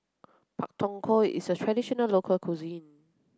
Pak Thong Ko is a traditional local cuisine